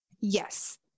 Yes